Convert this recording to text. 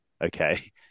okay